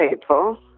people